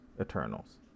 Eternals